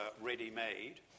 ready-made